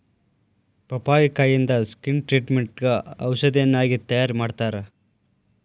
ಪಪ್ಪಾಯಿಕಾಯಿಂದ skin ಟ್ರಿಟ್ಮೇಟ್ಗ ಔಷಧಿಯನ್ನಾಗಿ ತಯಾರಮಾಡತ್ತಾರ